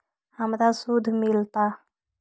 हमरा शुद्ध मिलता?